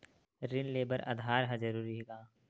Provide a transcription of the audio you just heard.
ऋण ले बर आधार ह जरूरी हे का?